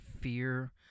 fear